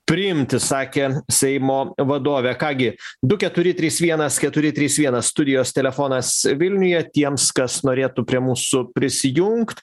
priimti sakė seimo vadovė ką gi du keturi trys vienas keturi trys vienas studijos telefonas vilniuje tiems kas norėtų prie mūsų prisijungt